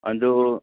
ꯑꯗꯣ